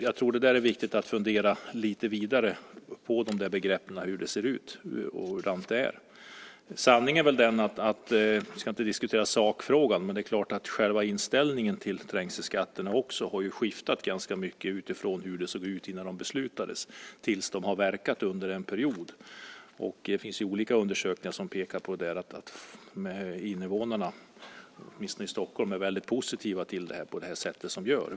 Jag tror att det är viktigt att fundera lite vidare på de där begreppen, på hur det ser ut och på hurdant det är. Sanningen är väl - vi ska inte diskutera sakfrågan - att själva inställningen till trängselskatten har skiftat ganska mycket utifrån hur det såg ut innan den beslutades och fram till dess att den verkat under en period. Olika undersökningar pekar på att åtminstone invånarna i Stockholm är väldigt positiva till det sätt på vilket det här görs.